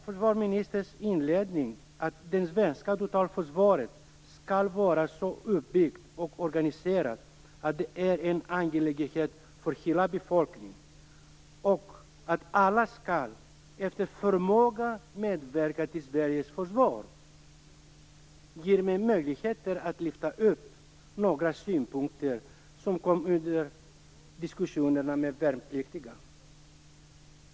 Försvarsministern inleder med att säga att det svenska totalförsvaret skall vara så uppbyggt och organiserat att det är en angelägenhet för hela befolkningen, och att alla efter förmåga skall medverka till Sveriges försvar. Detta ger mig tillfälle att lyfta fram några synpunkter som kom fram under diskussionerna med de värnpliktiga.